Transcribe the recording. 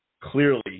Clearly